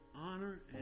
honor